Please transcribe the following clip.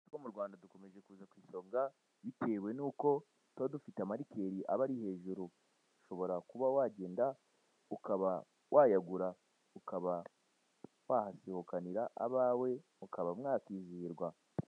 Ariko mu rwanda dukomeje kuza ku isonga bitewe n'uko tuba dufite amarikeri aba ari hejuru, ushobora kuba wagenda ukaba wayagura ukaba wahasohokanira abawe, ukaba mwakwizihirwa.